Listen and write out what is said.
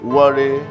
worry